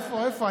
איפה?